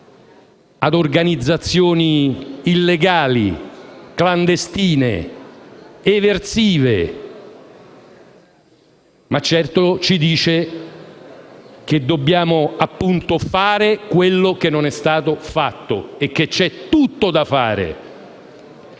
a organizzazioni illegali, clandestine e, eversive; ma di certo ci dice che dobbiamo fare quello che non è stato fatto e che c'è tutto da fare.